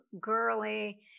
girly